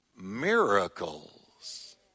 miracles